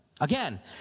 Again